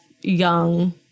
young